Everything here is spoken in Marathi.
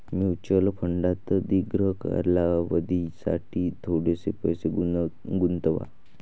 म्युच्युअल फंडात दीर्घ कालावधीसाठी थोडेसे पैसे गुंतवा